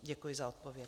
Děkuji za odpověď.